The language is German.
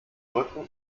rücken